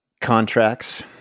Contracts